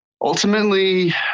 Ultimately